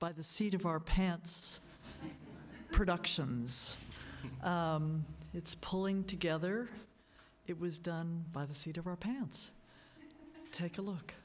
by the seat of our pants productions it's pulling together it was done by the seat of our parents take a look